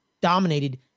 dominated